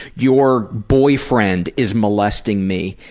your boyfriend is molesting me,